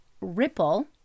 ripple